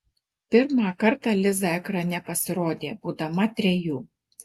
pirmą kartą liza ekrane pasirodė būdama trejų